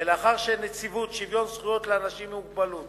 ולאחר שנציבות שוויון זכויות לאנשים עם מוגבלות